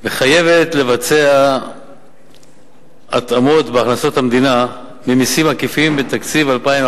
מחייבת לבצע התאמות בהכנסות המדינה ממסים עקיפים בתקציב 2011